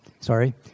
Sorry